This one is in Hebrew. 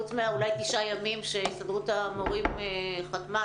חוץ אולי מהתשעה ימים שהסתדרות המורים חתמה,